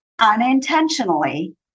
unintentionally